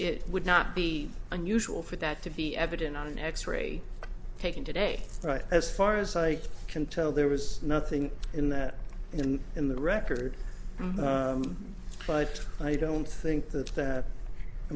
it would not be unusual for that to be evident on an x ray taken today right as far as i can tell there was nothing in that and in the record but i don't think that